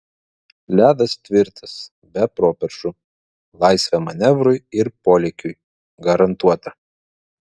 ledas tvirtas be properšų laisvė manevrui ir polėkiui garantuota